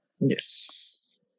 Yes